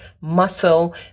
muscle